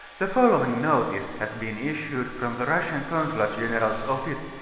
the following notice has been issued from the russian consulate general s office,